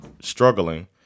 struggling